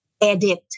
edit